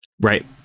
Right